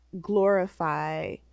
glorify